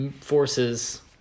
forces